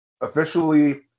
officially